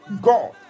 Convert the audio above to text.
God